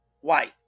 white